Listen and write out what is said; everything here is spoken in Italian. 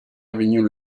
avenue